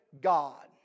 God